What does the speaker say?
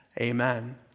Amen